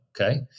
Okay